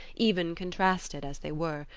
even contrasted, as they were,